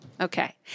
Okay